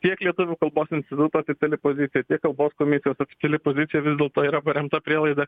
tiek lietuvių kalbos instituto oficiali pozicija tiek kalbos komiteto oficiali pozicija vis dėlto yra paremta prielaida